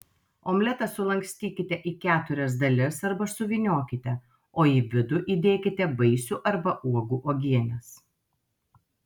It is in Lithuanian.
omletą sulankstykite į keturias dalis arba suvyniokite o į vidų įdėkite vaisių arba uogų uogienės